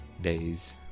Days